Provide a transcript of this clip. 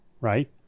right